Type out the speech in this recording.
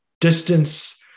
Distance